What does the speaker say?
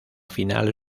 final